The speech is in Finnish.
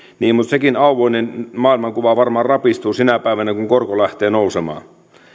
minusta sekin auvoinen maailmankuva varmaan rapistuu sinä päivänä kun korko lähtee nousemaan